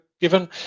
Given